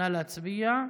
נא להצביע.